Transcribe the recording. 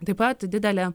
taip pat didelė